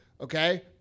Okay